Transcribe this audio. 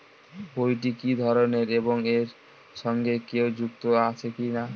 বইটি কি ধরনের এবং এর সঙ্গে কেউ যুক্ত আছে কিনা?